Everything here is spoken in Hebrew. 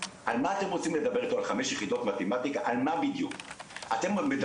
על מה אתם רוצים לדבר אתו על חמש יחידות מתמטיקה,